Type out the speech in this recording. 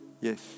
Yes